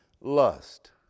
lust